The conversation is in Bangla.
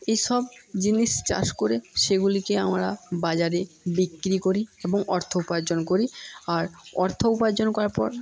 এই সব জিনিস চাষ করে সেগুলিকে আমরা বাজারে বিক্রি করি এবং অর্থ উপার্জন করি আর অর্থ উপার্জন করার পর